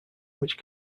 which